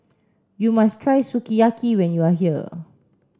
you must try Sukiyaki when you are here